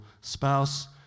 spouse